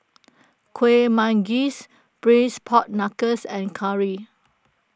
Kueh Manggis Braised Pork Knuckles and Curry